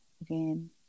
again